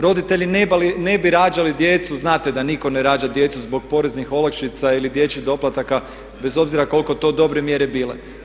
Roditelji ne bi rađali djecu, znate da nitko ne rađa djecu zbog poreznih olakšica ili dječjih doplataka bez obzira koliko to dobre mjere bile.